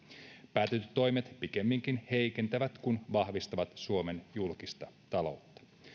päätetyt toimet pikemminkin heikentävät kuin vahvistavat suomen julkista taloutta